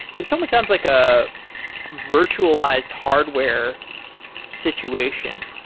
it somewhat sounds like a virtualized hardware situation.